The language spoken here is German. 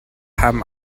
haben